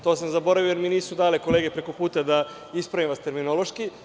To sam zaboravio, jer mi nisu dale kolege preko puta da ispravim vas terminološki.